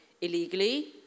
illegally